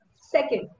Second